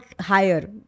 higher